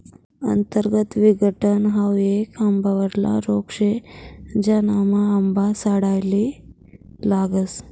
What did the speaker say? अंतर्गत विघटन हाउ येक आंबावरला रोग शे, ज्यानामा आंबा सडाले लागस